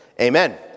Amen